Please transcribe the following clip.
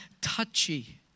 touchy